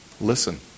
Listen